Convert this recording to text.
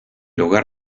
hogar